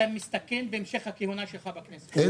אתה מסתכן בהמשך הכהונה שלך בכנסת.